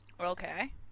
Okay